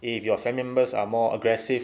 if your family members are more aggressive